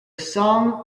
song